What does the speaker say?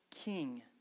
king